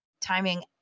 Timing